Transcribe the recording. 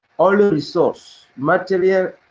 all resource material,